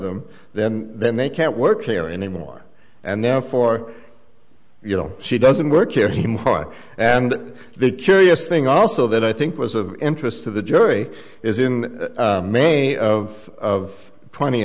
them then then they can't work care anymore and therefore you know she doesn't work here him her and the curious thing also that i think was of interest to the jury is in may of twenty